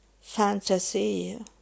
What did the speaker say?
fantasy